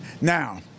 now